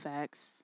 Facts